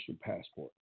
passport